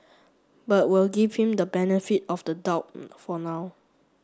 but we'll give him the benefit of the doubt for now